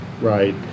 right